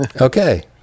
Okay